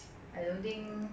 I don't think